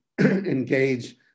engage